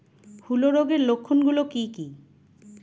হূলো রোগের লক্ষণ গুলো কি কি?